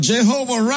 Jehovah